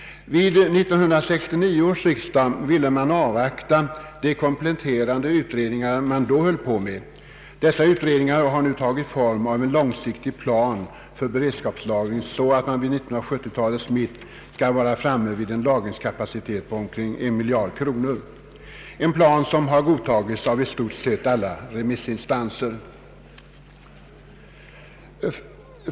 Vid 1969 års riksdag ville man avvakta de kompletterande utredningar som då pågick. Dessa utredningar har nu tagit form av en långsiktig plan för beredskapslagring så att man vid 1970 talets mitt skall vara framme vid en lag ringskapacitet på omkring en miljard kronor, en plan som har godtagits av i stort sett alla remissinstanser.